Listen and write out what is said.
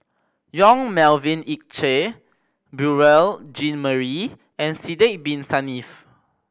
Yong Melvin Yik Chye Beurel Jean Marie and Sidek Bin Saniff